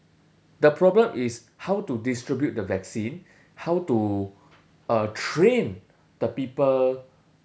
the problem is how to distribute the vaccine how to uh train the people